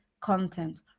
content